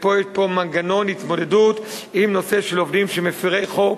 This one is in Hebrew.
יש פה מנגנון התמודדות עם נושא של עובדים של מפירי חוק.